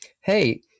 hey